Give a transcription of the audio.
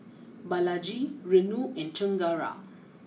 Balaji Renu and Chengara